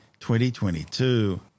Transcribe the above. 2022